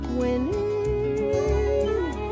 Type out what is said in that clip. winning